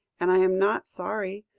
and i am not sorry.